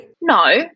No